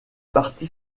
parti